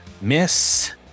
miss